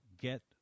get